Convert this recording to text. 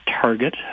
target